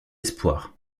d’espoir